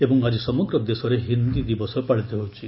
ଏବଂ ଆଜି ସମଗ୍ର ଦେଶରେ ହିନ୍ଦୀ ଦିବସ ପାଳିତ ହେଉଛି